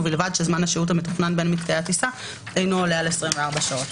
ובלבד שזמן השהות המתוכנן בין מקטעי הטיסה אינו עולה על 24 שעות,